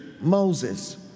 Moses